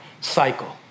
cycle